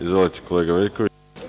Izvolite, kolega Veljkoviću.